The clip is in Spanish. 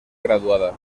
graduada